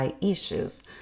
issues